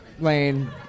Lane